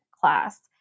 class